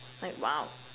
like !wow!